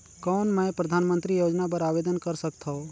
कौन मैं परधानमंतरी योजना बर आवेदन कर सकथव?